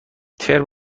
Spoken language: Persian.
ترم